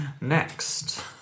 Next